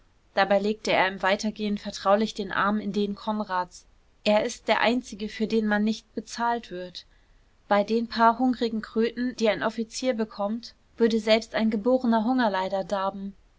dabei legte er im weitergehen vertraulich den arm in den konrads er ist der einzige für den man nicht bezahlt wird bei den paar hungrigen kröten die ein offizier bekommt würde selbst ein geborener hungerleider darben